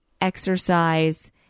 exercise